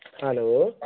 hello